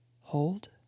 hold